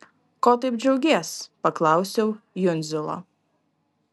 ko taip džiaugies paklausiau jundzilo